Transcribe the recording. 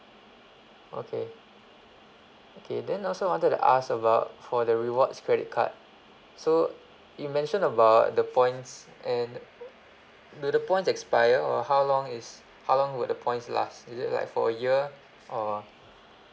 okay okay then I also wanted to ask about for the rewards credit card so you mention about the points and do the points expire or how long is how long would the points last is it like for a year or